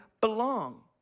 belong